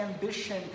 ambition